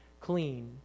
clean